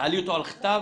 תעלי אותו על הכתב